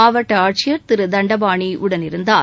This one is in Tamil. மாவட்ட ஆட்சியர் திரு தண்டபாணி உடனிருந்தார்